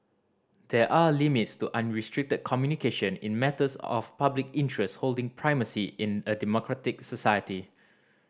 there are limits to unrestricted communication in matters of public interest holding primacy in a democratic society